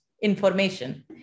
information